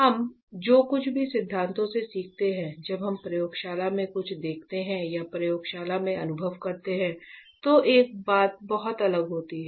हम जो कुछ भी सिद्धांतों में सीखते हैं जब हम प्रयोगशाला में कुछ देखते हैं या प्रयोगशाला में अनुभव करते हैं तो एक बात बहुत अलग होती है